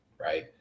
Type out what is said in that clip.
right